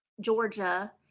Georgia